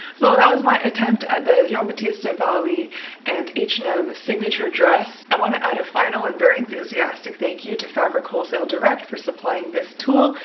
so that was my attempt at the giambattista valli and h and m signature dress i want to add a final and very enthusiastic thank you to fabric wholesale direct for supplying this tulle.